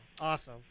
Awesome